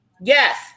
Yes